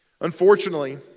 Unfortunately